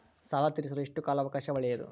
ಸಾಲ ತೇರಿಸಲು ಎಷ್ಟು ಕಾಲ ಅವಕಾಶ ಒಳ್ಳೆಯದು?